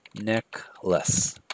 necklace